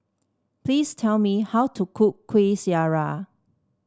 please tell me how to cook Kueh Syara